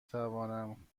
توانم